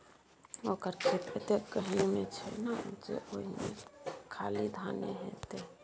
ओकर खेत एतेक गहीर मे छै ना जे ओहिमे खाली धाने हेतै